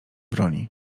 broni